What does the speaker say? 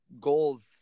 goals